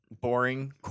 boring